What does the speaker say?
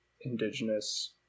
Indigenous